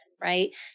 right